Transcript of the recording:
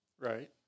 Right